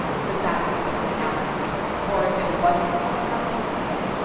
the best was coming out in people. or if it wasn't coming out in people,